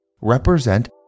represent